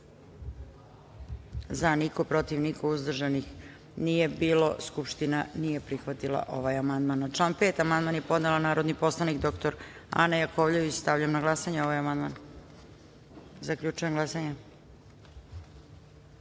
- niko, protiv - niko, uzdržanih nije bilo. Konstatujem da Skupština nije prihvatila ovaj amandman. Na član 5. amandman je podnela narodni poslanik dr Ana Jakovljević. Stavljam na glasanje ovaj amandman. Zaključujem glasanje: